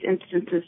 instances